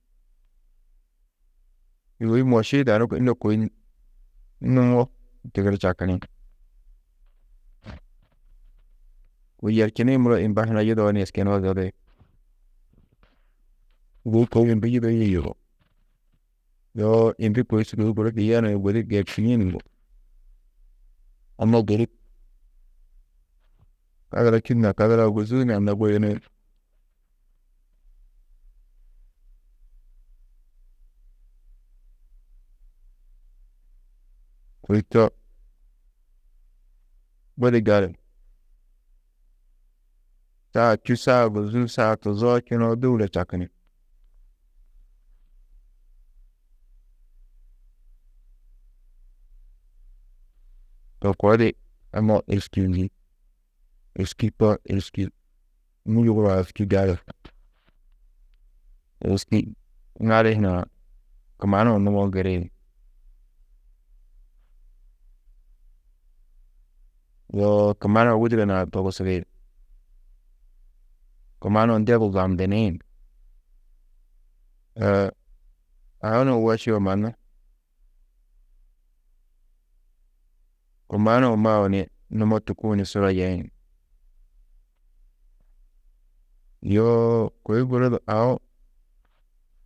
Sûgoi moši yidanú ille kôi numo tigiri čakini, kôi yerčinĩ muro imba hunã yudoo ni eskenu-ã zodi, sûgoi kôi imbi yudoîe yugó, yoo imbi kôi sûgoi hiyenu ni gudi giyirčinîe ni yugó, anna gêrib kadura čû na kadura ôguzuu na anna guyunĩ, kôi to budi gali, saa čû, saa ôguzuu, saa tuzoo čnoo dôula čakini, to koo êriskiyindi, êriski to êriski, nû yuguruwo êriski gali, êriski ŋali hunã kumanuũ numo ŋgiri, yoo kumanuũ wûduro nuã togusudi, kumanuũ ndedu zabndini, aũ nuũ wošio mannu kumanuũ mau ni numo tûkuũ ni sura yeĩ, yoo kôi guru du aũ.